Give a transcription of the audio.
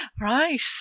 Right